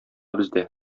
бездә